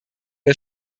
der